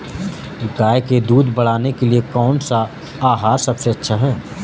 गाय के दूध को बढ़ाने के लिए कौनसा आहार सबसे अच्छा है?